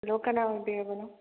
hello ꯀꯅꯥ ꯑꯣꯏꯕꯤꯔꯕꯅꯣ